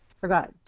forgot